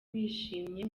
bishimye